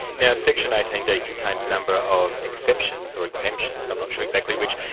now, section eighteen d contains a number of exceptions or exemptions, i'm not sure exactly which.